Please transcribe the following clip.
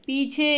पीछे